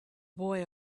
boy